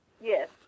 Yes